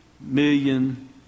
million